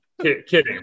Kidding